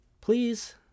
please